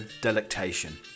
delectation